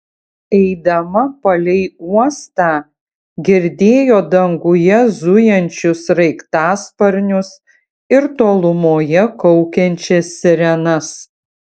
eidama palei uostą girdėjo danguje zujančius sraigtasparnius ir tolumoje kaukiančias sirenas